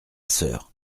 soeur